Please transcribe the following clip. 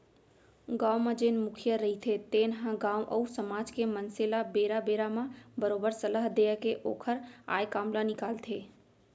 गाँव म जेन मुखिया रहिथे तेन ह गाँव अउ समाज के मनसे ल बेरा बेरा म बरोबर सलाह देय के ओखर आय काम ल निकालथे